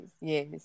yes